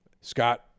Scott